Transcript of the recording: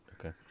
Okay